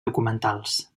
documentals